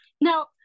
Now